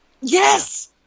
Yes